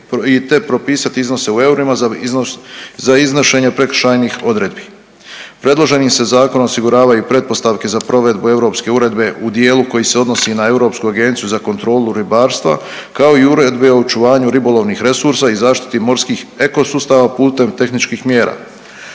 i te propisati iznose u eurima za iznos, za iznošenje prekršajnih odredbi. Predloženim se zakonom osiguravaju i pretpostavke za provedbu europske uredbe u dijelu koji se odnosi na Europsku agenciju za kontrolu ribarstva kao i Uredbe o očuvanju ribolovnih resursa i zaštiti morskih ekosustava putem tehničkih mjera.